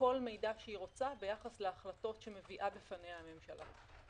כל מידע שהיא רוצה ביחס להחלטות שמביאה בפניה הממשלה.